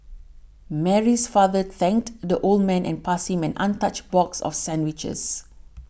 Mary's father thanked the old man and passed him an untouched box of sandwiches